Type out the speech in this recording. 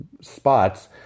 spots